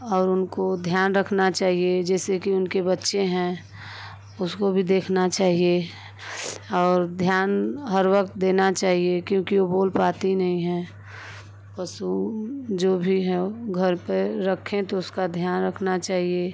और उनको ध्यान रखना चाहिए जैसे कि उनके बच्चे हैं उसको भी देखना चाहिए और ध्यान हर वक्त देना चाहिए क्योंकि वो बोल पाती नहीं हैं पशु जो भी है घर पर रखें तो उसका ध्यान रखना चाहिए